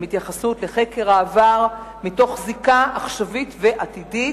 התייחסות לחקר העבר מתוך זיקה עכשווית ועתידית,